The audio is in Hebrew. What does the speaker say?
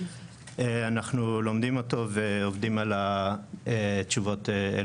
אנחנו לומדים אותו ועובדים על התשובות.